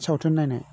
सावथुन नायनाय